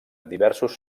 diversos